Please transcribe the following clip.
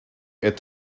est